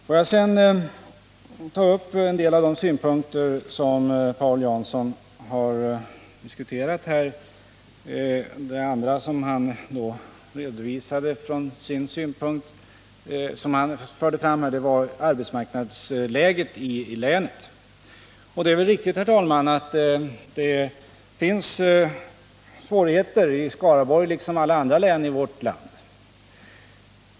Låt mig sedan ta upp en del av de synpunkter som Paul Jansson har diskuterat här. Han talade bl.a. om arbetsmarknadsläget i länet, och det är väl riktigt att det finns svårigheter i Skaraborg liksom i alla andra län i vårt land.